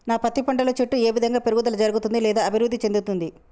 నా పత్తి పంట లో చెట్టు ఏ విధంగా పెరుగుదల జరుగుతుంది లేదా అభివృద్ధి చెందుతుంది?